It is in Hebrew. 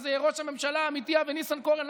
אז ראש הממשלה האמיתי אבי ניסנקורן לא